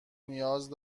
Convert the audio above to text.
نیاز